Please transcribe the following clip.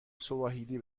سواحیلی